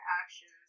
actions